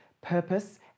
purpose